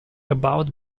about